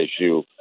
issue